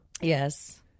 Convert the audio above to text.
Yes